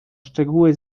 szczegóły